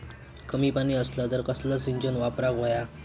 कमी पाणी असला तर कसला सिंचन वापराक होया?